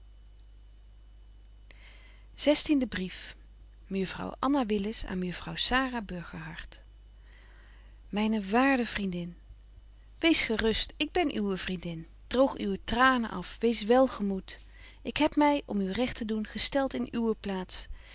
aan mejuffrouw s a r a myne waarde vriendin wees gerust ik ben uwe vriendin droog uwe tranen af wees wel gemoed ik heb my om u recht te doen gestelt in uwe plaats